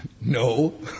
No